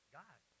god